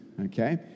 okay